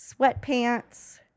sweatpants